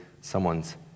someone's